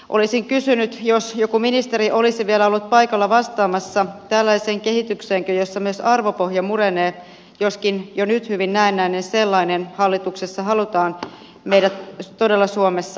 olisin kysynyt jos joku ministeri olisi vielä ollut paikalla vastaamassa tällaiseen kehitykseenkö jossa myös arvopohja murenee joskin jo nyt hyvin näennäinen sellainen hallituksessa halutaan meidän todella suomessa sitoutuvan